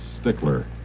Stickler